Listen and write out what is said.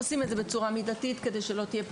עושים את זה בצורה מידתית כדי שלא תהיה פגיעה.